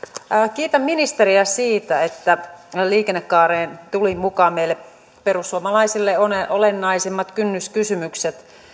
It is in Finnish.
kiitän ministeriä siitä että liikennekaareen tuli mukaan meille perussuomalaisille olennaisimmat kynnyskysymykset